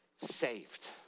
saved